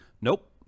Nope